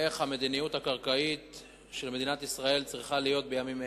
איך המדיניות הקרקעית של מדינת ישראל צריכה להיות בימים אלה.